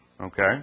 okay